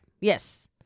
Yes